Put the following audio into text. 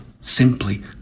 simply